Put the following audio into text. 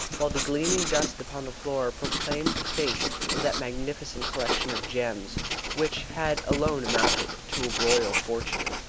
while the gleaming dust upon the floor proclaimed the fate of that magnificent collection of gems which had alone amounted to a royal fortune.